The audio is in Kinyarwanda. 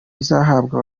bizahabwa